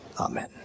Amen